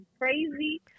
crazy